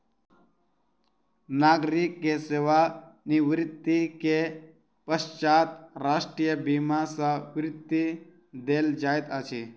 नागरिक के सेवा निवृत्ति के पश्चात राष्ट्रीय बीमा सॅ वृत्ति देल जाइत अछि